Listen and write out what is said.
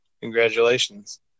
Congratulations